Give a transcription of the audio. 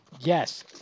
yes